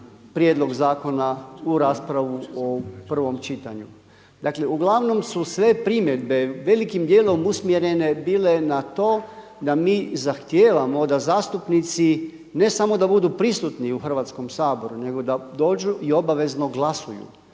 prijedlog Zakona u raspravu o prvom čitanju. Dakle uglavnom su sve primjedbe velikim dijelom usmjerene bile na to da mi zahtijevamo da zastupnici ne samo da budu prisutni u Hrvatskom saboru nego da dođu i obavezno glasuju.